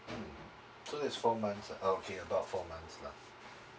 so it's for months oh okay about four months lah